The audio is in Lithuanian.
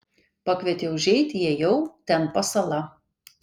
pakvietė užeit įėjau ten pasala